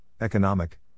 economic